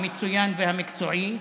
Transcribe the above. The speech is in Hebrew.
המצוין והמקצועי.